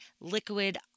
liquid